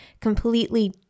completely